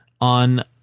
On